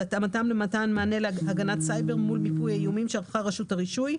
והתאמתם למתן מענה הגנת סייבר מול מיפוי האיומים שערכה רשות הרישוי,